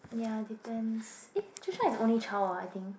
ya depends eh is the only child ah I think